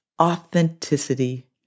authenticity